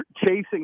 chasing